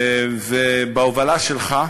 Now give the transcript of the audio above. ובהובלה שלך,